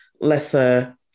lesser